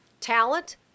talent